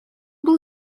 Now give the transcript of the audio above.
был